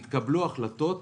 התקבלו החלטות